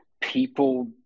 people